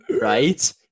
Right